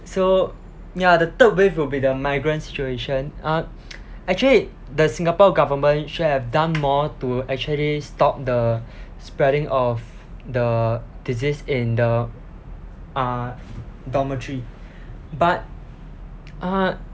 so ya the third wave will be the migrant situation uh actually the singapore government should have done more to actually stop the spreading of the disease in the uh dormitory but uh